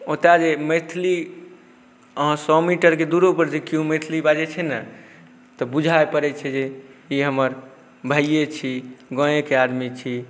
ओतऽ जे मैथिली अहाँ सओ मीटरके दूरोपर जे केओ मैथिली बाजै छै ने तऽ बुझा पड़ै छै जे ई हमर भाइए छी गामेके आदमी छी